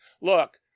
Look